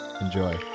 enjoy